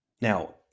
Now